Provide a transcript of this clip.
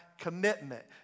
commitment